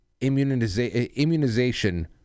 immunization